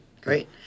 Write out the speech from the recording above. Great